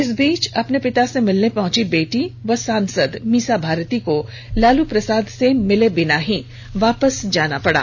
इस बीच अपने पिता से मिलने पहुंची बेटी व सांसद मीसा भारती को लालू प्रसाद से बिना मिले वापस जाना पड़ा